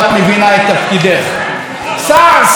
שר, שרת חינוך צריכים לאפשר,